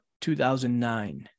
2009